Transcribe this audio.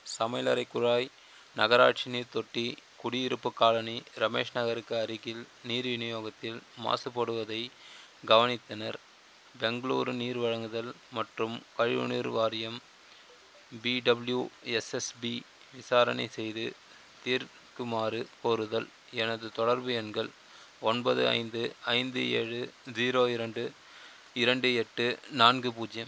சமையலறை குழாய் நகராட்சி நீர் தொட்டி குடியிருப்பு காலனி ரமேஷ் நகருக்கு அருகில் நீர் விநியோகத்தில் மாசுபடுவதை கவனித்தனர் பெங்களூரு நீர் வழங்குதல் மற்றும் கழிவு நீர் வாரியம் பிடபிள்யு எஸ்எஸ்பி விசாரணை செய்து தீர்க்குமாறு கோருதல் எனது தொடர்பு எண்கள் ஒன்பது ஐந்து ஐந்து ஏழு ஜீரோ இரண்டு இரண்டு எட்டு நான்கு பூஜ்யம்